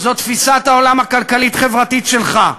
זאת תפיסת העולם הכלכלית-חברתית שלך,